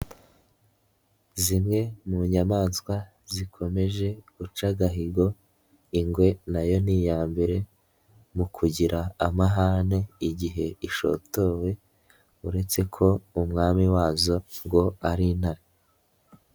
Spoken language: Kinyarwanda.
Zimwe mu nyamaswa zikomeje guca agahigo ingwe na yo ni iya mbere mu kugira amahane igihe ishotowe uretse ko umwami wazo ngo ari intara.